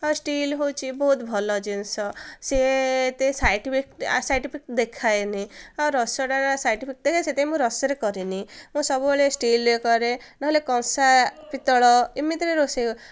ଆଉ ଷ୍ଟିଲ୍ ହେଉଛି ବହୁତ ଭଲ ଜିନିଷ ସିଏ ଏତେ ସାଇଡ୍ ଇଫେକ୍ଟ ସାଇଡ୍ ଇଫେକ୍ଟ ଦେଖାଏନି ଆଉ ରସଟାର ସାଇଡ୍ ଇଫେକ୍ଟ ଦେଖାଏ ସେଥିପାଇଁ ମୁଁ ରସରେ କରେନି ମୁଁ ସବୁବେଳେ ଷ୍ଟିଲରେ କରେ ନହେଲେ କଂସା ପିତ୍ତଳ ଏମିତିରେ ରୋଷେଇ